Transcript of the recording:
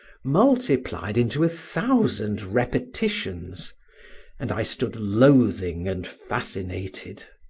multiplied into a thousand repetitions and i stood loathing and fascinated.